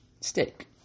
Stick